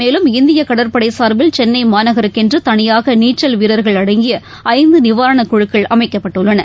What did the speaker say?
மேலும் இந்தியகடற்படைசா்பில் சென்னைமாநகருக்கென்றதனியாகநீச்சல் வீரர்கள் அடங்கியஐந்துநிவாரணக் குழுக்கள் அமைக்கப்பட்டுள்ளன